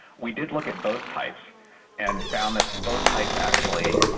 we did look at both types and found that both types actually,